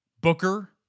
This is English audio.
Booker